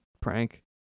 prank